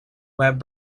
web